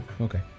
Okay